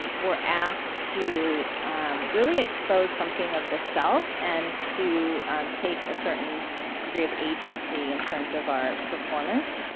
um we're asked to really expose something of the self and to take a certain degree of agency in terms of our performance.